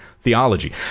theology